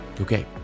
Okay